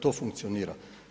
To funkcionira.